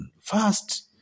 First